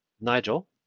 Nigel